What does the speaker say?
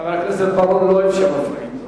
חבר הכנסת בר-און לא אוהב שמפריעים לו.